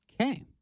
Okay